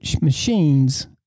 machines